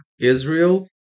Israel